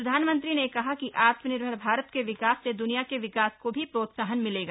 प्रधानमंत्री ने कहा कि आत्मनिर्भर भारत के विकास से दुनिया के विकास को भी प्रोत्साहन मिलेगा